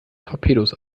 torpedos